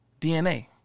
DNA